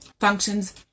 functions